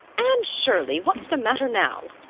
anne shirley, what's the matter now?